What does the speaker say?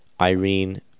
Irene